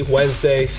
Wednesday